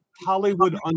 Hollywood